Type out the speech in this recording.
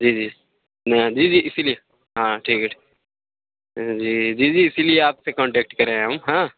جی جی نہیں ہاں جی جی اِسی لیے ہاں ٹھیک ہے جی جی جی اِسی لیے آپ سے کانٹیکٹ کرے ہیں ہم ہاں